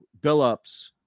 Billups